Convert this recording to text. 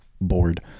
bored